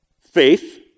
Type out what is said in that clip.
Faith